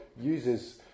uses